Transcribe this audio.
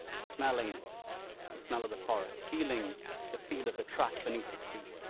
smelling the smell of the forest, feeling the feel of the track beneath his feet.